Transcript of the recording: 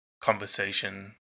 conversation